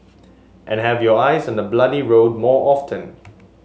and have your eyes on the bloody road more often